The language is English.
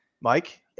Mike